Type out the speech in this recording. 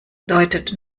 deutet